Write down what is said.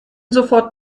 sofort